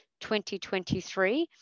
2023